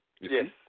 Yes